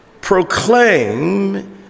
proclaim